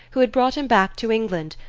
who had brought him back to england,